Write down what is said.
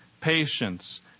patience